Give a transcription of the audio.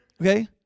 Okay